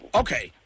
okay